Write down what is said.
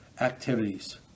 activities